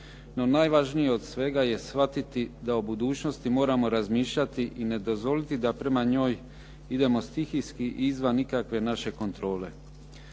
No najvažnije od svega je shvatiti da u budućnosti moramo razmišljati i ne dozvoliti da prema njoj idemo stihijski i izvan ikakve naše kontrole.